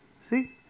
See